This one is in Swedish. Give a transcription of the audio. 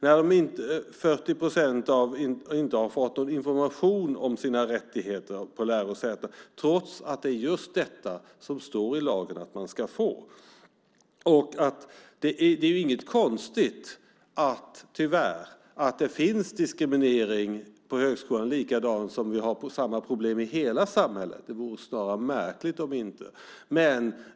Det är 40 procent som inte har fått någon information om sina rättigheter på lärosätena trots att det är just detta som står i lagen att man ska få. Det är tyvärr inget konstigt att det finns diskriminering på högskolan likadant som att vi har samma problem i hela samhället. Det vore snarare märkligt om det inte vore så.